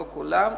לא כולן,